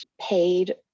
paid